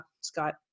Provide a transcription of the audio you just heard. scott